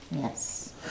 Yes